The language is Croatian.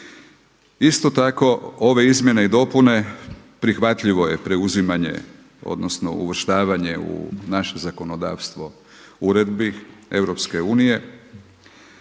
Isto tako ove izmjene i dopune prihvatljivo je reuzimanje, odnosno uvrštavanje u naše zakonodavstvo uredbi